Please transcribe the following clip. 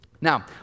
Now